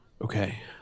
Okay